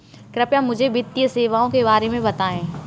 कृपया मुझे वित्तीय सेवाओं के बारे में बताएँ?